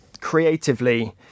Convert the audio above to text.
creatively